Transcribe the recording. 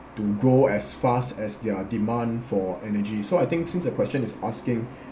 to grow as fast as their demand for energy so I think since the question is asking